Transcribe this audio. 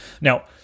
now